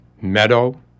meadow